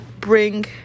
bring